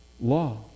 Law